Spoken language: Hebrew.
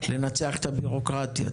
לנצח את הביורוקרטיה,